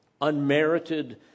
unmerited